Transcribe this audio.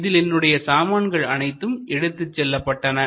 இதில் என்னுடைய சாமான்கள் அனைத்தும் எடுத்துச் செல்லப்பட்டன